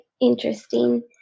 interesting